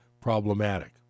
problematic